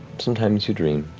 sometimes you dream,